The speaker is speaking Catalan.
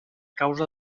causa